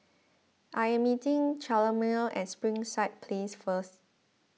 I am meeting Chalmer at Springside Place first